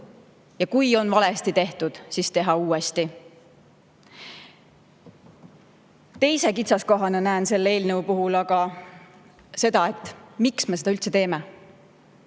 Kui on valesti tehtud, siis tuleb teha uuesti. Teise kitsaskohana näen selle eelnõu puhul aga seda, miks me seda üldse teeme.